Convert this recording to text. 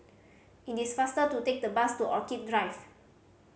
it is faster to take the bus to Orchid Drive